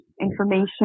information